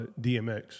DMX